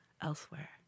elsewhere